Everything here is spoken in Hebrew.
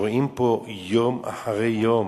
כשרואים פה יום אחרי יום,